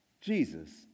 Jesus